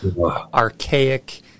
archaic